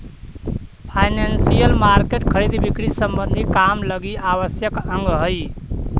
financial market खरीद बिक्री संबंधी काम लगी आवश्यक अंग हई